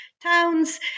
towns